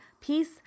peace